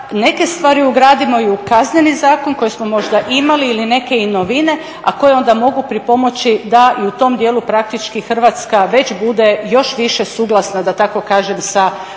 neke stvari ugradimo i u Kazneni zakon koji smo možda imali ili neke i novine a koje onda mogu pripomoći da i u tom dijelu praktički Hrvatska već bude još više suglasna da tako kažem sa tom